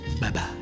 bye-bye